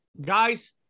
guys